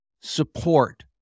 support